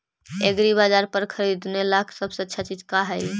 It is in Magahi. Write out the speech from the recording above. एग्रीबाजार पर खरीदने ला सबसे अच्छा चीज का हई?